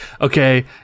Okay